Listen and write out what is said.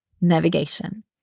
navigation